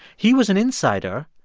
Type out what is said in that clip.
he was an insider,